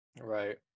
Right